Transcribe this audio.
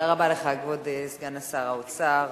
תודה רבה לך, כבוד סגן שר האוצר,